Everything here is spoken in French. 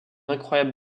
incroyable